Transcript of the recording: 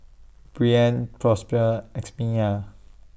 Brien Prosper Ximena